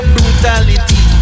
Brutality